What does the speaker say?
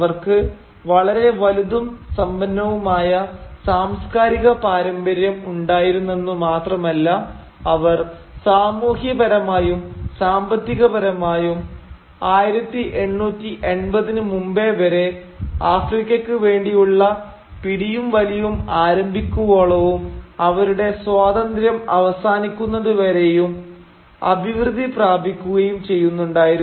അവർക്ക് വളരെ വലുതും സമ്പന്നവുമായ സാംസ്കാരിക പാരമ്പര്യം ഉണ്ടായിരുന്നെന്നു മാത്രമല്ല അവർ സാമൂഹ്യപരമായും സാമ്പത്തികപരമായും 1880 ന് മുമ്പേ വരെ ആഫ്രിക്കയ്ക്ക് വേണ്ടിയുള്ള പിടിയും വലിയും ആരംഭിക്കുവോളവും അവരുടെ സ്വാതന്ത്ര്യം അവസാനിക്കുന്നത് വരെയും അഭിവൃദ്ധി പ്രാപിക്കുകയും ചെയ്യുന്നുണ്ടായിരുന്നു